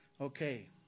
Okay